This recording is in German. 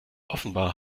offenbar